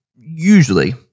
usually